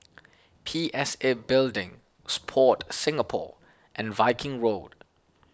P S A Building Sport Singapore and Viking Road